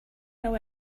know